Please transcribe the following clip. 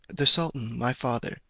the sultan, my father,